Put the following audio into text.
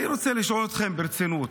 אני רוצה לשאול אתכם ברצינות,